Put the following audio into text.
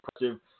impressive